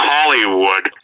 Hollywood